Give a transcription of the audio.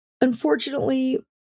Unfortunately